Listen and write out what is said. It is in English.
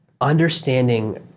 Understanding